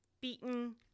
beaten